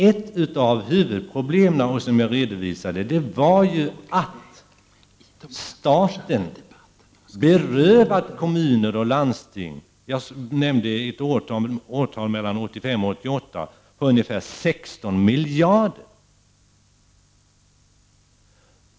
Ett av de huvudproblem som jag redovisade var att staten berövat kommuner och landsting ungefär 16 miljarder åren 1985-1988.